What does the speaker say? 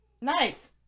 nice